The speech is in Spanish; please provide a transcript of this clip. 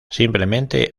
simplemente